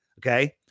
okay